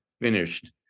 finished